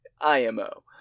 IMO